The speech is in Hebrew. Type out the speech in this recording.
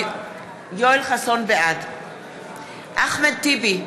בעד אחמד טיבי,